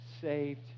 saved